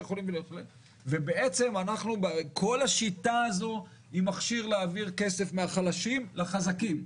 כל השיטה הזאת היא מכשיר להעביר כסף מהחלשים לחזקים.